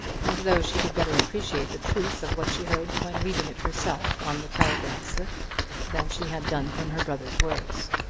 as though she could better appreciate the truth of what she heard when reading it herself on the telegraph slip than she had done from her brother's words.